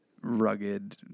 rugged